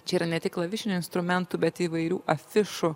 čia yra ne tik klavišinių instrumentų bet įvairių afišų